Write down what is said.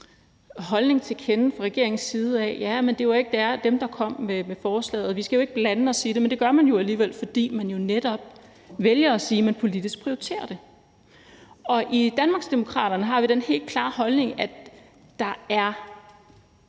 holdning til kende fra regeringens side: Jamen det var ikke var os, der kom med forslaget, og vi skal jo ikke blande os i det. Men det gør man jo alligevel, fordi man netop vælger at sige, at man politisk prioriterer det. I Danmarksdemokraterne har vi den helt klare holdning, at der er